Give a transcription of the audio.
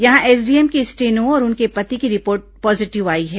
यहां एसडीएम की स्टेनो और उनके पति की रिपोर्ट पॉजिटिव आई है